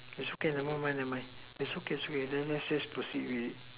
it's okay never mind never mind its okay okay then let's just proceed with